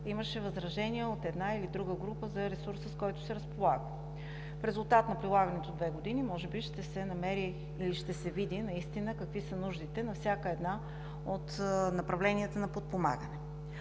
имаше възражения от една или друга група за ресурса, с който се разполага. В резултат на прилагането – две години, може би ще се намери или ще се види наистина какви са нуждите на всяко едно от направленията на подпомагане.